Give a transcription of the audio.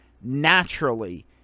naturally